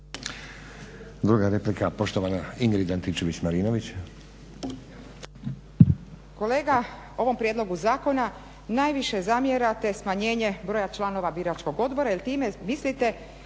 Druga replika, poštovana Ingrid Antičević-Marinović.